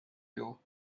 hill